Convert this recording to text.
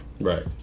right